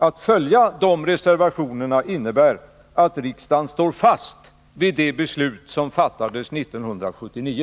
Att följa de reservationerna innebär att riksdagen står fast vid det beslut som fattades 1979.